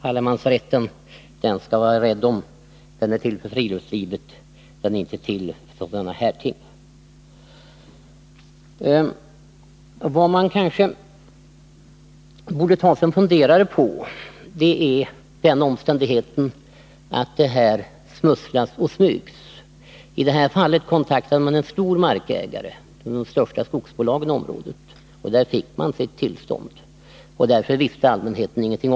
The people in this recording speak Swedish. Allemansrätten skall vi vara rädda om. Den är till för friluftslivet, inte för sådana här undersökningar. Vad man kanske borde ta sig en funderare på är den omständigheten att det här smusslas och smygs. I detta fall kontaktade man en stor markägare — ett av de största skogsbolagen i området — och där fick man sitt tillstånd. Därför visste allmänheten ingenting.